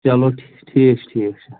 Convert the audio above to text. چلو ٹھیٖک چھُ ٹھیٖک چھُ